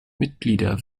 mitglieder